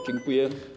Dziękuję.